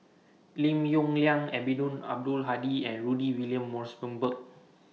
Lim Yong Liang Eddino Abdul Hadi and Rudy William Mosbergen